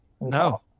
No